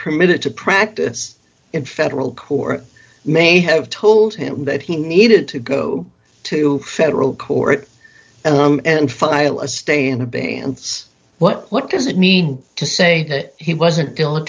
permitted to practice in federal court may have told him that he needed to go to federal court and file a stay in abeyance what what does it mean to say that he wasn't deli